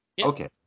Okay